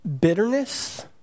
Bitterness